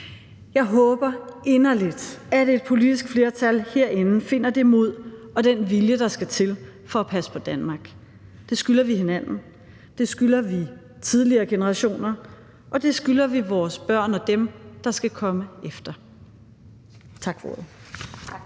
Jeg håber inderligt, at et politisk flertal herinde finder det mod og den vilje, der skal til, for at passe på Danmark. Det skylder vi hinanden. Det skylder vi tidligere generationer, og det skylder vi vores børn og dem, der skal komme efter. Tak for ordet.